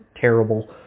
terrible